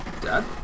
Dad